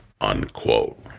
unquote